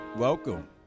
welcome